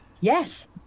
Yes